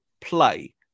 play